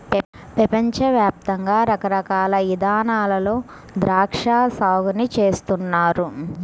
పెపంచ యాప్తంగా రకరకాల ఇదానాల్లో ద్రాక్షా సాగుని చేస్తున్నారు